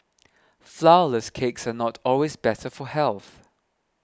Flourless Cakes are not always better for health